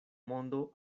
mondo